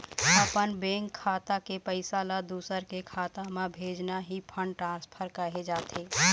अपन बेंक खाता के पइसा ल दूसर के खाता म भेजना ही फंड ट्रांसफर कहे जाथे